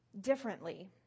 differently